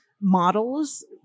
models